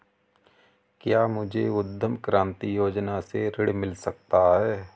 क्या मुझे उद्यम क्रांति योजना से ऋण मिल सकता है?